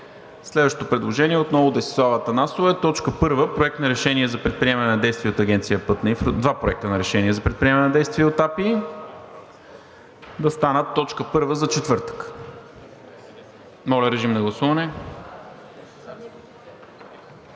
Следващото предложение, отново на Десислава Атанасова, е: точка първа – Проект на решение за предприемане на действия от Агенция „Пътна инфраструктура“, два проекта на решение за предприемане на действия от АПИ, да станат точка първа за четвъртък. Гласували